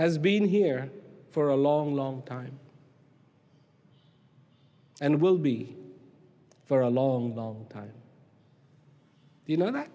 has been here for a long long time and will be for a long long time you know that